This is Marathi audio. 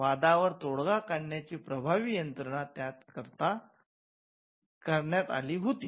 वादावर तोडगा काढण्याची प्रभावी यंत्रणा त्या करता होती